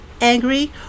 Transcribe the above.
angry